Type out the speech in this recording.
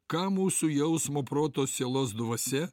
ką mūsų jausmo proto sielos dvasia